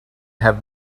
have